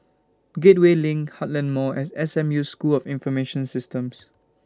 Gateway LINK Heartland Mall and S M U School of Information Systems